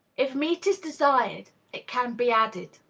if meat is desired, it can be added.